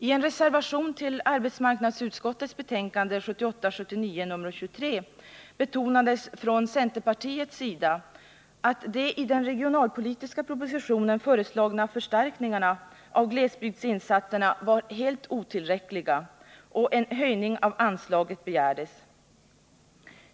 I en reservation till arbetsmarknadsutskottets betänkande 1978/79:23 betonades från centerpartiets sida att de i den regionalpolitiska propositionen föreslagna förstärkningarna av glesbygdsinsatserna var helt otillräckliga, och en höjning av anslaget begärdes.